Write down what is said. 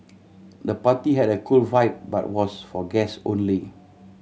the party had a cool vibe but was for guest only